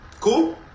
Cool